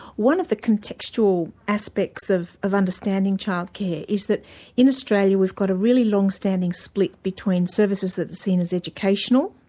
one of the contextual aspects of of understanding childcare is that in australia we've got a really long-standing split between services that are seen as educational,